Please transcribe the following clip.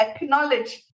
acknowledge